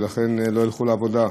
ולכן לא ילכו לעבודה.